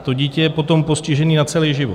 To dítě je potom postižené na celý život.